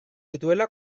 dituela